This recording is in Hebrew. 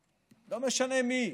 לא משנה איזו,